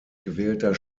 gewählter